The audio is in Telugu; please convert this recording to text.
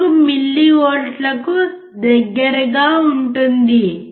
4 మిల్లీవోల్ట్లుకు దగ్గరగా ఉంటుంది